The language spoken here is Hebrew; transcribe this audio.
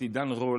עידן רול